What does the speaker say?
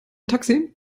taxi